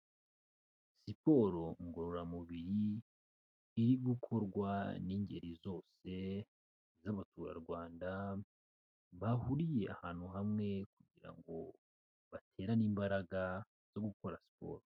Siporo ngororamubiri irigukorwa n'ingeri zose z'abaturarwanda bahuriye ahantu hamwe kugira ngo baterane imbaraga zo gukora siporo.